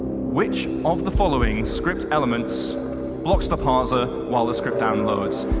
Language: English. which of the following script elements blocks the parser while the script downloads.